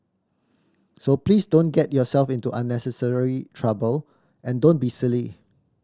so please don't get yourself into unnecessary trouble and don't be silly